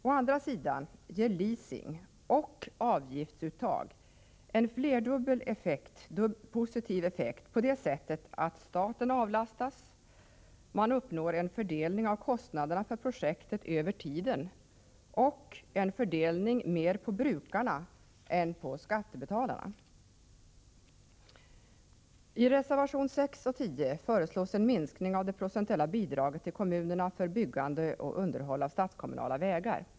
Å andra sidan ger leasing och avgiftsuttag en flerdubbel positiv effekt på det sättet att staten avlastas, att man uppnår en fördelning av kostnaderna för projektet över tiden samt en fördelning mer på brukarna än på skattebetalarna. I reservationerna 6 och 10 föreslås en minskning av det procentuella bidraget till kommunerna för byggande och underhåll av statskommunala vägar.